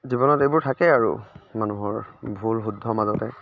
জীৱনত এইবোৰ থাকেই আৰু মানুহৰ ভুল শুদ্ধৰ মাজতে